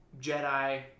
Jedi